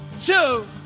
two